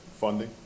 funding